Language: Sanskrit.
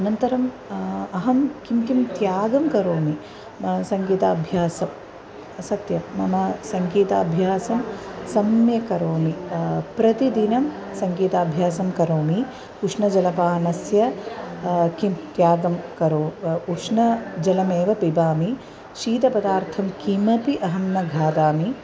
अनन्तरम् अहं किं किं त्यागं करोमि सङ्गीताभ्यासे सत्यं मम सङ्गीताभ्यासं सम्यक् करोमि प्रतिदिनं सङ्गीताभ्यासं करोमि उष्णजलपानस्य किं त्यागं करोमि उष्णजलमेव पिबामि शीतपदार्थं किमपि अहं न खादामि